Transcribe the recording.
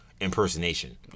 impersonation